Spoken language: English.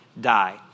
die